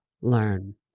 learn